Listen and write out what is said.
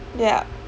yup